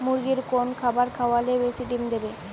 মুরগির কোন খাবার খাওয়ালে বেশি ডিম দেবে?